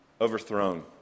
overthrown